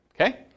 Okay